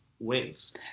wins